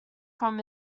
from